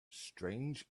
strange